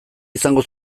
izango